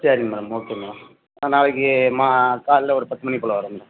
சரிங்க madam okay madam நான் நாளைக்கு மா காலைல ஒரு பத்து மணிப்போல வரேன் மேடம்